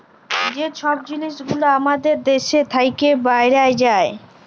যে ছব জিলিস গুলা আমাদের দ্যাশ থ্যাইকে বাহরাঁয় যায়